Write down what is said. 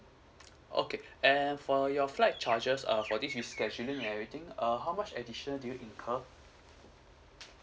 okay and for your flight charges uh for this rescheduling everything uh how much addition do you incur